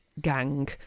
gang